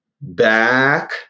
back